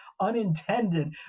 unintended